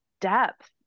depth